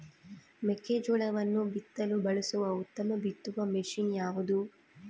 ಮೆಕ್ಕೆಜೋಳವನ್ನು ಬಿತ್ತಲು ಬಳಸುವ ಉತ್ತಮ ಬಿತ್ತುವ ಮಷೇನ್ ಯಾವುದು?